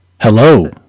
Hello